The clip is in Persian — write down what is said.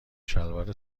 شلوار